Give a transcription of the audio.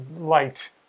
light